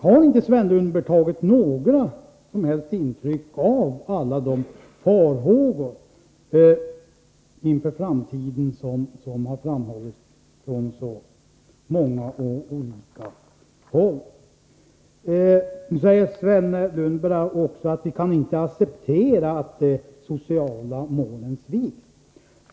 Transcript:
Har inte Sven Lundberg tagit något som helst intryck av alla de farhågor för framtiden som har framförts från så många olika håll? Sven Lundberg säger också att vi inte kan acceptera att de sociala målen sviks.